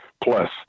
plus